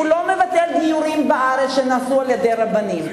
הוא לא מבטל גיורים בארץ שנעשו על-ידי רבנים,